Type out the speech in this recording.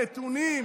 הנתונים,